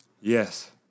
Yes